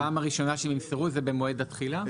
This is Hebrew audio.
כלומר, הפעם הראשונה שימסרו זה במועד התחילה?